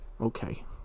Okay